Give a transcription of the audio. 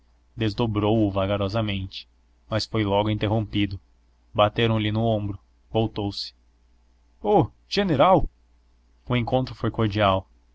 comprara desdobrou o vagarosamente mas foi logo interrompido bateram lhe no ombro voltou-se oh general o encontro foi cordial